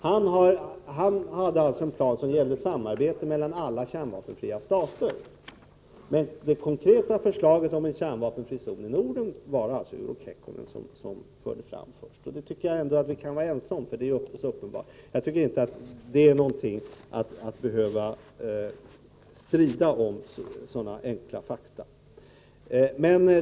Han framlade en plan som gällde samarbete mellan alla kärnvapenfria stater, men det konkreta förslaget om en kärnvapenfri zon i Norden var det Urho Kekkonen som förde fram först. Det tycker jag vi kan vara ense om, för det är uppenbart. Sådana enkla fakta är inte någonting att strida om.